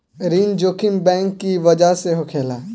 ऋण जोखिम बैंक की बजह से होखेला